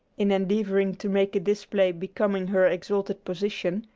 in endeavoring to make a display becoming her exalted position,